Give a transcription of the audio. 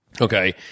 Okay